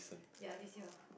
ya this year